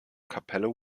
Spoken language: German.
kapelle